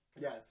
Yes